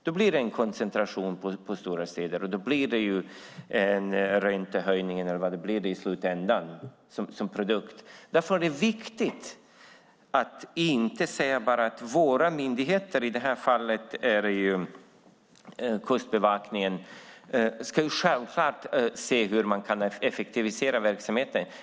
Då blir det en koncentration på stora städer, och slutprodukten blir en räntehöjning eller något annat. Därför är det viktigt att inte bara säga att våra myndigheter, i detta fall Kustbevakningen, ska effektivisera verksamheten.